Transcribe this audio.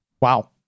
Wow